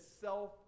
self